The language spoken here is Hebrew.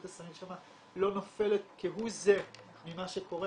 הסמים שם לא נופלת כהוא זה ממה שקורה,